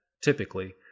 typically